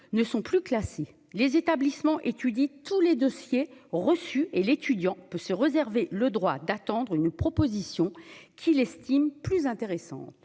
ne sont plus classés les établissements étudie tous les dossiers reçus et l'étudiant peut se réserver le droit d'attendre une proposition qu'il estime plus intéressantes,